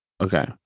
Okay